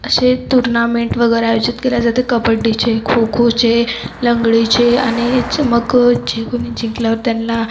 असे टुर्नामेंट वगैरे आयोजित केले जाते कबड्डीचे खो खोचे लंगडीचे आणि याचे मग जे कोणी जिंकल्यावर त्यांना